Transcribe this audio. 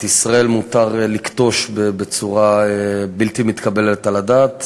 את ישראל מותר לכתוש בצורה בלתי מתקבלת על הדעת,